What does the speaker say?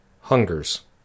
hungers